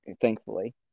thankfully